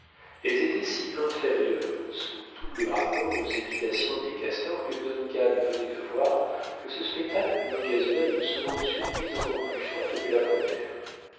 elles étaient si inférieures sous tous les rapports aux habitations des castors que duncan venait de voir que ce spectacle lui occasionna une seconde surprise encore plus forte que la première